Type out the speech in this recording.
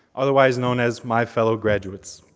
otherwise known as my fellow graduates,